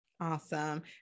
Awesome